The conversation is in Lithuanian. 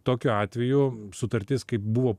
tokiu atveju sutartis kai buvo